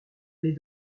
les